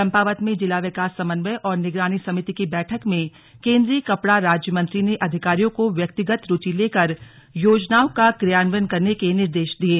चम्पावत में जिला विकास समन्वय और निगरानी समिति की बैठक में केन्द्रीय कपड़ा राज्य मंत्री ने अधिकारियों को व्यक्तिगत रुचि लेकर योजनाओं का क्रियान्वयन करने के निर्देश दिये